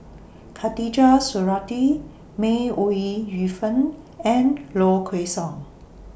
Khatijah Surattee May Ooi Yu Fen and Low Kway Song